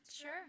Sure